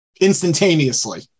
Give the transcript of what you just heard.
instantaneously